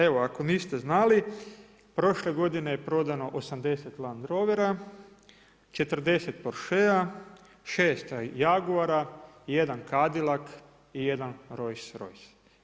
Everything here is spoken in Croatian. Evo ako niste znali prošle godine je prodano 80 Land Rovera, 40 Porschea, 6 Jaguara i 1 Cadilac i 1 Roys Roys.